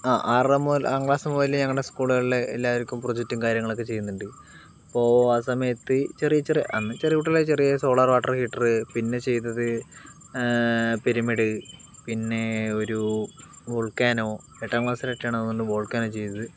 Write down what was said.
ആറ് മുതൽ ആറാം ക്ലാസ് മുതൽ ഞങ്ങളുടെ സ്കൂളുകളില് എല്ലാവർക്കും പ്രോജക്ടും കാര്യങ്ങളൊക്കെ ചെയ്യുന്നുണ്ട് അപ്പോൾ ആ സമയത്ത് ചെറിയ ചെറിയ അന്ന് ചെറിയ കുട്ടികള് ചെറിയ സോളാർ വാട്ടർ ഹീറ്റർ പിന്നെ ചെയ്തത് പിരമിഡ് പിന്നെ ഒരു വോൾക്കാനോ എട്ടാം ക്ലാസിൽ ഒക്കെയാണെന്ന് തോന്നുന്നുണ്ട് വോൾക്കാനോ ചെയ്തത്